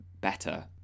better